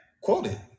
quoted